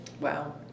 Wow